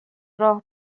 راه